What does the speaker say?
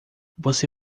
você